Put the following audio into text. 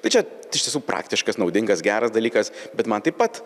tai čia iš tiesų praktiškas naudingas geras dalykas bet man taip pat